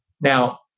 now